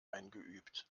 eingeübt